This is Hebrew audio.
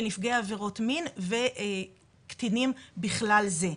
של נפגעי עבירות מין וקטינים בכלל זה.